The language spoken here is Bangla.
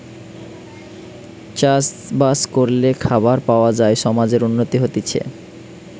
চাষ বাস করলে খাবার পাওয়া যায় সমাজের উন্নতি হতিছে